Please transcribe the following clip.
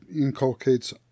inculcates